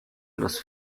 los